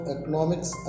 Economics